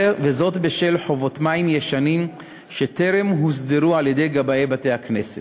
וזאת בשל חובות מים ישנים שטרם הוסדרו על-ידי גבאי בתי-הכנסת.